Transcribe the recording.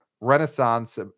Renaissance